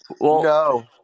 no